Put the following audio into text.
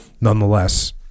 nonetheless